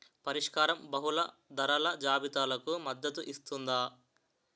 పరిష్కారం బహుళ ధరల జాబితాలకు మద్దతు ఇస్తుందా?